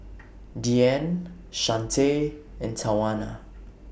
Deanne Shante and Tawanna